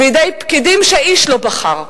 בידי פקידים שאיש לא בחר,